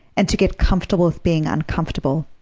and to get comfortable with being uncomfortable.